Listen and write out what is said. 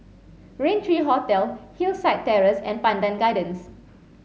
Raintree Hotel Hillside Terrace and Pandan Gardens